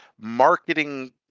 marketing